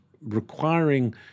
requiring